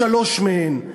שלוש מהן,